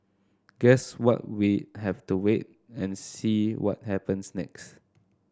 guess what we have to wait and see what happens next